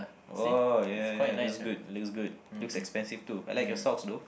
!whoa! ya ya looks good looks good looks expensive too I like your socks though